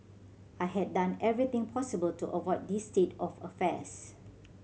I had done everything possible to avoid this state of affairs